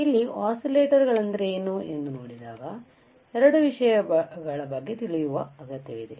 ಇಲ್ಲಿ ಆಸಿಲೇಟರ್ಗಳೆಂದರೇನು ಎಂದು ನೋಡಿದಾಗ ಎರಡು ವಿಷಯಗಳ ಬಗ್ಗೆ ತಿಳಿಯುವ ಅಗತ್ಯವಿದೆ